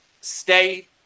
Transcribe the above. stay